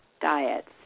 diets